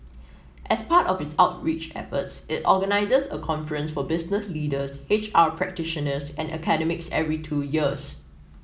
as part of its outreach efforts it organises a conference for business leaders H R practitioners and academics every two years